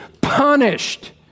punished